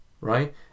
right